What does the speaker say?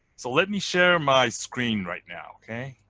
so let me share my screen right now. okay.